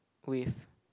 with